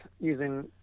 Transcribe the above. using